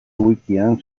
wikian